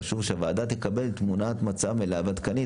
חשוב שהוועדה תקבל תמונת מצב מלאה ועדכנית,